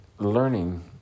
learning